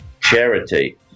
charity